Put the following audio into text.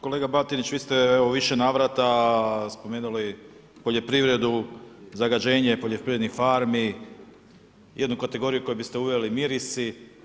Kolega Batinić, vi ste u više navrata spomenuli poljoprivredu, zagađenje poljoprivrednih farmi, jednu kategoriju koju biste uveli, mirisi.